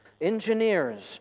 engineers